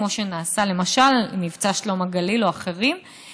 כמו שנעשה למשל עם מבצע שלום הגליל או אחרים,